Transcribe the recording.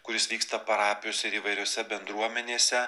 kuris vyksta parapijose ir įvairiose bendruomenėse